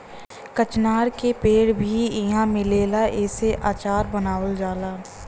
कचनार के पेड़ भी इहाँ मिलेला एसे अचार बनावल जाला